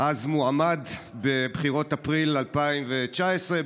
אז מועמד בבחירות אפריל 2019,